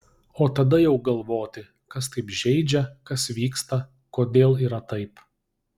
o tada jau galvoti kas taip žeidžia kas vyksta kodėl yra taip